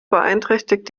beeinträchtigt